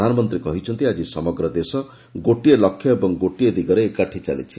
ପ୍ରଧାନମନ୍ତୀ କହିଛନ୍ତିଆଜି ସମଗ୍ର ଦେଶ ଗୋଟିଏ ଲକ୍ଷ୍ୟ ଓ ଗୋଟିଏ ଦିଗରେ ଏକାଠି ଚାଲିଛି